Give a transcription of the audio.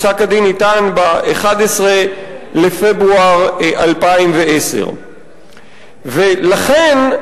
פסק-הדין ניתן ב-11 בפברואר 2010. לכן,